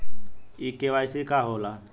इ के.वाइ.सी का हो ला?